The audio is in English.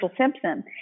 Simpson